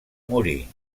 morir